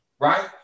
right